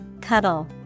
cuddle